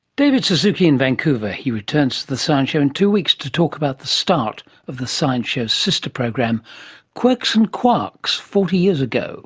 david suzuki in vancouver. he returns to the science show in two weeks to talk about the start of the science show's sister program quirks and quarks, forty years ago